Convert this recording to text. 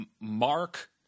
Mark